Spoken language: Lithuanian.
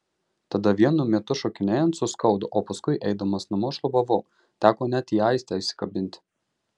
tada vienu metu šokinėjant suskaudo o paskui eidamas namo šlubavau teko net į aistę įsikabinti